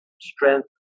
strength